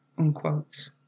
unquote